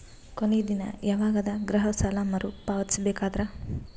ಕೊನಿ ದಿನ ಯವಾಗ ಅದ ಗೃಹ ಸಾಲ ಮರು ಪಾವತಿಸಬೇಕಾದರ?